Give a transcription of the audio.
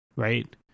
Right